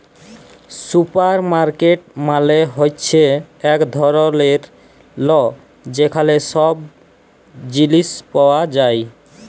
supermarket মালে হ্যচ্যে এক ধরলের ল যেখালে সব জিলিস পাওয়া যায়